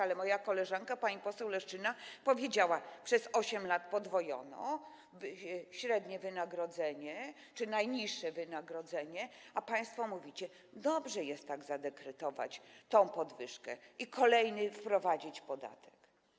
Ale moja koleżanka, pani poseł Leszczyna, powiedziała: Przez 8 lat podwojono średnie wynagrodzenie czy najniższe wynagrodzenie, a państwo mówicie: Dobrze jest tak zadekretować tę podwyżkę i wprowadzić kolejny podatek.